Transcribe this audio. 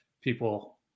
People